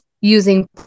using